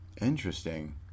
Interesting